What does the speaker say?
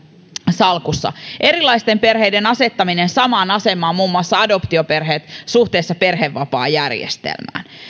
salkussa erilaisten perheiden asettaminen samaan asemaan muun muassa adoptioperheet suhteessa perhevapaajärjestelmään